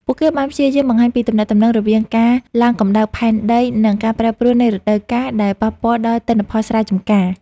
ពួកគេបានព្យាយាមបង្ហាញពីទំនាក់ទំនងរវាងការឡើងកម្តៅផែនដី និងការប្រែប្រួលនៃរដូវកាលដែលប៉ះពាល់ដល់ទិន្នផលស្រែចម្ការ។